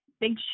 big